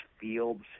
fields